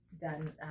done